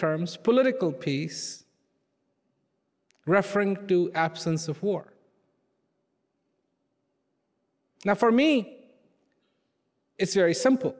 terms political piece reference to absence of war now for me it's very simple